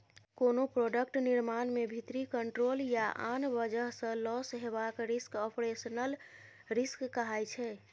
कोनो प्रोडक्ट निर्माण मे भीतरी कंट्रोल या आन बजह सँ लौस हेबाक रिस्क आपरेशनल रिस्क कहाइ छै